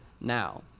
now